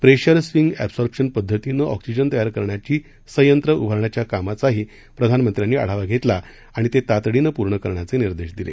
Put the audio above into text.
pressure swing absorption पद्धतीनं oxygen तयार करण्याची संयंत्र उभारण्याच्या कामाचाही प्रधानमंत्र्यांनी आढावा घेतला आणि ते तातडीनं पूर्ण करण्याचे निर्देश दिले